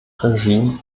regime